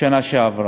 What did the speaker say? בשנה שעברה.